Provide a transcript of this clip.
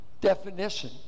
definition